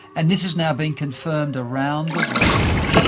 and this has now been confirmed around the world.